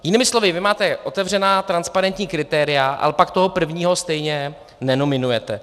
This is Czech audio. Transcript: Jinými slovy, vy máte otevřená, transparentní kritéria, ale pak toho prvního stejně nenominujete.